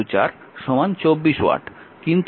সুতরাং পাওয়ার হবে 64 24 ওয়াট